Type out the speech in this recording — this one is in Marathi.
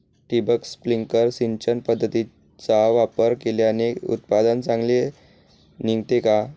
ठिबक, स्प्रिंकल सिंचन पद्धतीचा वापर केल्याने उत्पादन चांगले निघते का?